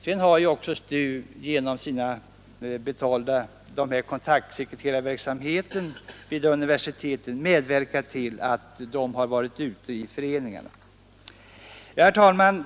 STU har också genom kontaktsekreterarverksamheten vid universiteten medverkat till att de sekreterarna har varit ute i företagarföreningarna. Herr talman!